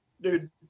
dude